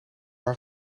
aan